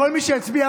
כל מי שהצביע,